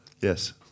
Yes